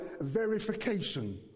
verification